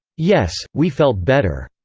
yes, we felt better.